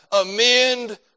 Amend